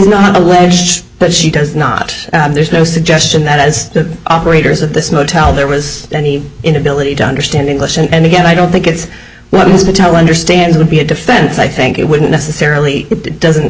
not alleged but she does not there is no suggestion that as the operators of this motel there was any inability to understand english and again i don't think it's not easy to tell understand to be a defense i think it wouldn't necessarily doesn't